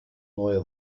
neue